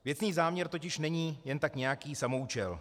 Věcný záměr totiž není jen tak nějaký samoúčel.